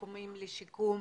מכונים לשיקום,